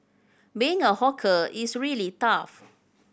being a hawker is really tough